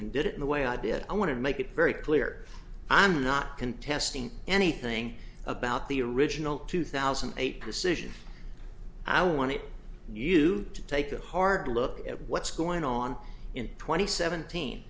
and did it in the way i did i want to make it very clear i'm not contesting anything about the original two thousand and eight decision i wanted you to take a hard look at what's going on in twenty seventeen